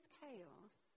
chaos